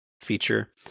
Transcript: feature